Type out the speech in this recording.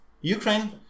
Ukraine